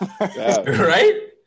Right